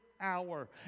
hour